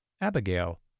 Abigail